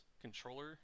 controller